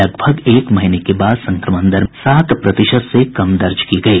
लगभग एक महीने के बाद संक्रमण दर सात प्रतिशत से कम दर्ज की गयी